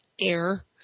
air